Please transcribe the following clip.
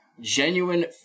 genuine